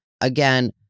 again